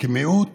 כמיעוט